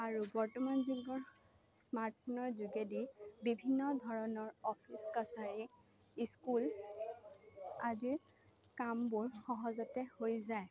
আৰু বৰ্তমান যুগৰ স্মাৰ্ট ফোনৰ যোগেদি বিভিন্ন ধৰণৰ অফিচ কাছাৰী স্কুল আদিৰ কামবোৰ সহজতে হৈ যায়